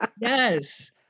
Yes